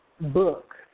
book